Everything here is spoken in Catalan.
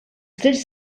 trets